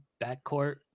backcourt